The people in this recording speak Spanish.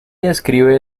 describe